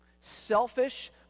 selfish